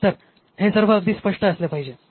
तर हे सर्व अगदी स्पष्ट असले पाहिजे